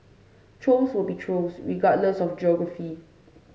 trolls will be trolls regardless of geography